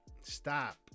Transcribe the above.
stop